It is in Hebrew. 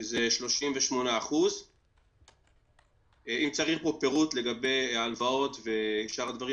שזה 38%. אם צריך פירוט לגבי הלוואות ושאר הדברים,